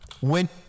went